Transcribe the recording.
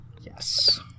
Yes